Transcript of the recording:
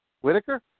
Whitaker